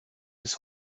his